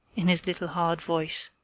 in his little hard voice.